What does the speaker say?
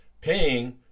paying